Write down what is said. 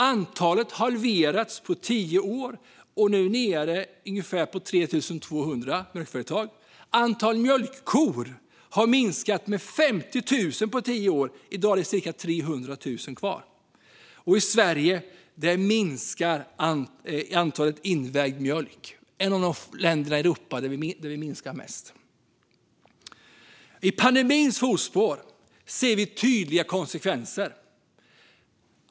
Antalet har halverats på tio år och är nu nere på ungefär 3 200 mjölkföretag. Antalet mjölkkor har minskat med 50 000 på tio år. I dag finns det cirka 300 000 kvar. I Sverige minskar mängden invägd mjölk. Vi är ett av de länder i Europa där det minskar mest. I pandemins fotspår ser vi tydliga konsekvenser.